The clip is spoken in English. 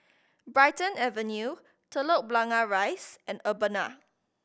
Brighton Avenue Telok Blangah Rise and Urbana